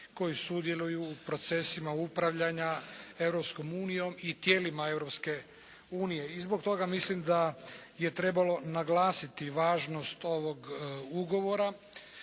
koji sudjeluju u procesima upravljanja Europskom unijom i tijelima Europske unije. i zbog toga mislim da je trebalo naglasiti važnost ovog ugovora